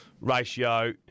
ratio